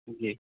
جی